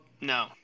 no